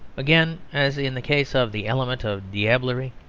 again, as in the case of the element of diablerie,